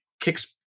kicks